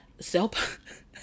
self